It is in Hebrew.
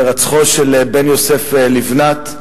של בן יוסף לבנת.